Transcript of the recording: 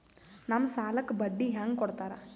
ನಮ್ ಸಾಲಕ್ ಬಡ್ಡಿ ಹ್ಯಾಂಗ ಕೊಡ್ತಾರ?